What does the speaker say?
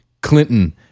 clinton